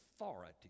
authority